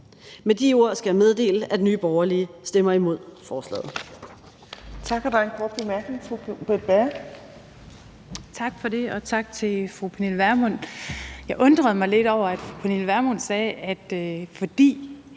Med de ord skal jeg meddele, at Nye Borgerlige stemmer imod forslaget.